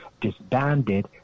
disbanded